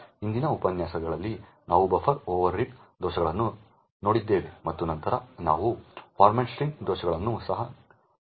ಹಿಂದಿನ ಉಪನ್ಯಾಸಗಳಲ್ಲಿ ನಾವು ಬಫರ್ ಓವರ್ರೀಡ್ ದೋಷಗಳನ್ನು ನೋಡಿದ್ದೇವೆ ಮತ್ತು ನಂತರ ನಾವು ಫಾರ್ಮ್ಯಾಟ್ ಸ್ಟ್ರಿಂಗ್ ದೋಷಗಳನ್ನು ಸಹ ನೋಡಿದ್ದೇವೆ